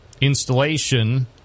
installation